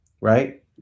right